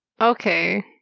Okay